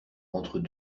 entre